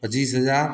पच्चीस हज़ार